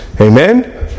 Amen